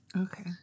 Okay